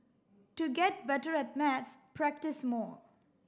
to get better at maths practise more